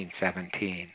1917